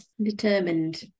determined